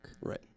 right